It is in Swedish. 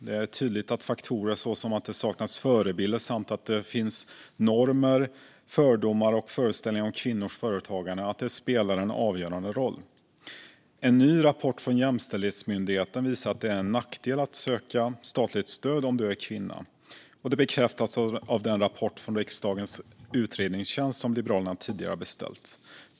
Det är tydligt att faktorer såsom att det saknas förebilder samt att det finns normer, fördomar och föreställningar om kvinnors företagande spelar en avgörande roll. En ny rapport från Jämställdhetsmyndigheten visar att det är en nackdel att vara kvinna om du söker statligt stöd. Det bekräftas av den rapport från riksdagens utredningstjänst som Liberalerna tidigare har beställt.